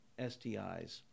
STIs